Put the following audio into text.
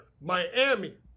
Miami